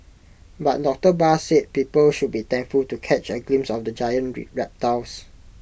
but doctor Barr said people should be thankful to catch A glimpse of the giant reptiles